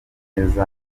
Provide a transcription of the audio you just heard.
neza